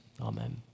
amen